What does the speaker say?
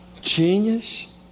Genius